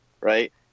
right